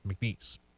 McNeese